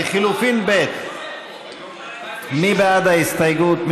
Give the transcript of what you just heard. לחלופין ב', מי בעד ההסתייגות?